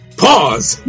pause